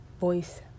voice